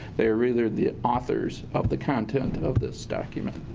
they really are the authors of the content of this document.